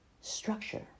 structure